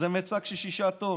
זה מיצג של 6 טון.